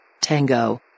Tango